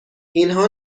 اینها